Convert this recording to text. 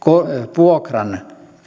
vuokran